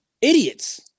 idiots